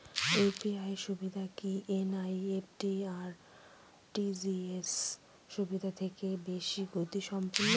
UPI সুবিধা কি NEFT আর আর.টি.জি.এস সুবিধা থেকে বেশি গতিসম্পন্ন?